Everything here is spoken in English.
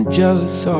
jealous